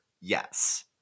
yes